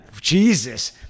Jesus